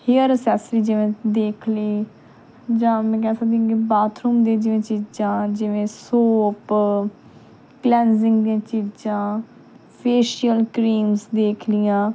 hair accessory ਜਿਵੇਂ ਦੇਖ ਲਈ ਜਾਂ ਮੈਂ ਕਹਿ ਸਕਦੀ ਕਿ ਬਾਥਰੂਮ ਦੇ ਜਿਵੇਂ ਚੀਜ਼ਾਂ ਜਿਵੇਂ ਸੋਪ ਕਲੈਂਜ਼ਿੰਗ ਦੀਆਂ ਚੀਜ਼ਾਂ ਫੇਸ਼ੀਅਲ ਕਰੀਮਸ ਦੇਖ ਲਈਆਂ